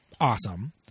awesome